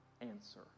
answer